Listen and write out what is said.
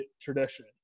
tradition